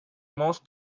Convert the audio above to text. most